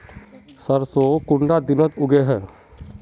सरसों कुंडा दिनोत उगैहे?